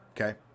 Okay